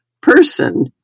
person